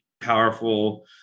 powerful